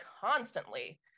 constantly